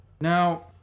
Now